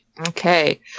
Okay